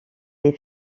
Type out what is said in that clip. des